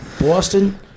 Boston